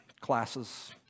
classes